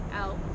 out